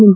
M